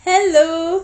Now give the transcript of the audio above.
hello